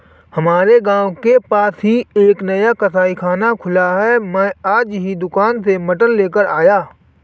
हमारे गांव के पास ही एक नया कसाईखाना खुला है मैं आज ही दुकान से मटन लेकर आया